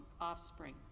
offspring